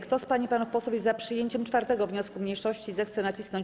Kto z pań i panów posłów jest za przyjęciem 4. wniosku mniejszości, zechce nacisnąć